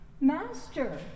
Master